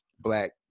black